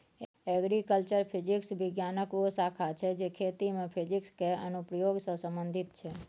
agriculture physics बिज्ञानक ओ शाखा छै जे खेती मे फिजिक्स केर अनुप्रयोग सँ संबंधित छै